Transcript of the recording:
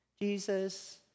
Jesus